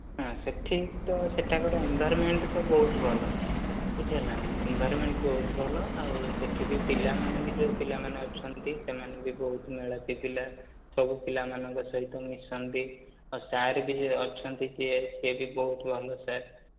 ହଁ ସେଠି ତ ସେଠାକାର ଇନ୍ଭର୍ମେଣ୍ଟ୍ ତ ବହୁତ ଭଲ ବୁଝିହେଲା ନା ଇନ୍ଭର୍ମେଣ୍ଟ୍ ବହୁତ ଭଲ ଆଉ ସେଠି ବି ପିଲାମାନେ ବି ଯେଉଁ ପିଲାମାନେ ଅଛନ୍ତି ସେମାନେ ବି ବହୁତ ମେଳାପୀ ପିଲା ସବୁ ପିଲାମାନଙ୍କ ସହିତ ମିଶନ୍ତି ଆଉ ସାର୍ ବି ଅଛନ୍ତି ସେ ସେ ବି ବହୁତ ଭଲ ସାର୍